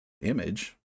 image